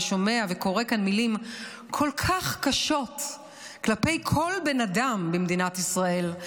ושומע וקורא כאן מילים כל כך קשות כלפי כל בן אדם במדינת ישראל,